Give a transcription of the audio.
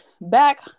back